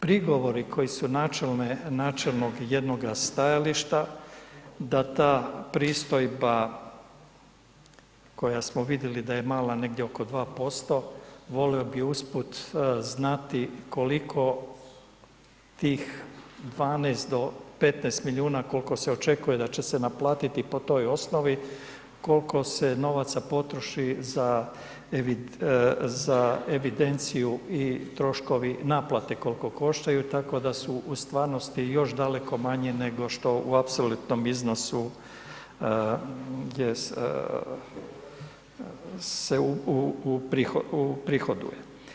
Prigovori koji su načelnog jednoga stajališta da ta pristojba koja smo vidjeli da je mala, negdje oko 2% volio bi usput znati koliko tih 12 do 15 milijuna kolko se očekuje da će se naplatiti po toj osnovi, kolko se novaca potroši za evidenciju i troškovi naplate koliko koštaju, tako da su u stvarnosti još daleko manje nego što u apsolutnom iznosu je, se uprihoduje.